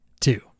two